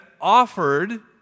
offered